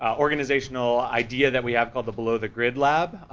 organizational idea that we have called the below the grid lab.